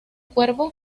cuervo